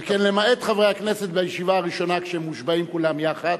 שכן למעט חברי הכנסת בישיבה הראשונה כשהם מושבעים כולם יחד,